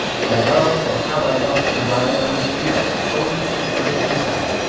i love, oh! how i love to ride on the fierce, foaming, bursting tide,